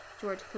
George